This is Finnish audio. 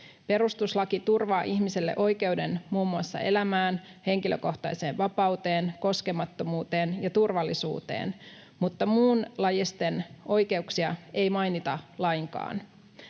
Perustuslaki turvaa ihmiselle oikeuden muun muassa elämään, henkilökohtaiseen vapauteen, koskemattomuuteen ja turvallisuuteen, mutta muunlajisten oikeuksia ei mainita lainkaan.